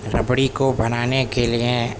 ربڑی کو بنانے کے لیے